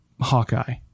Hawkeye